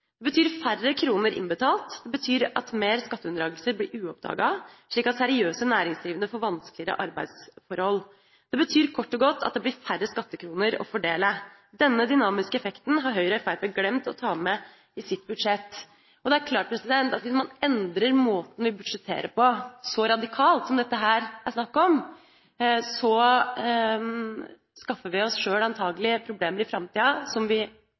Det betyr færre kroner innbetalt, det betyr at mer skatteunndragelser forblir uoppdaget, slik at seriøse næringsdrivende får vanskeligere arbeidsforhold. Det betyr kort og godt at det blir færre skattekroner å fordele. Denne dynamiske effekten har Høyre og Fremskrittspartiet glemt å ta med i sitt budsjett. Det er klart at hvis man endrer måten vi budsjetterer på så radikalt som det her er snakk om, skaffer vi oss sjøl antakelig problemer i framtida som vi